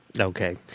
okay